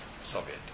Soviet